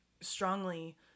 strongly